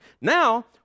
Now